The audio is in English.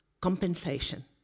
compensation